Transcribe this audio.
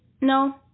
no